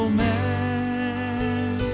man